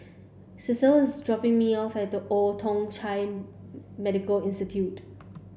Celie is dropping me off at the Old Thong Chai Medical Institute